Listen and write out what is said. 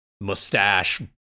mustache